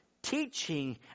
Teaching